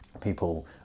people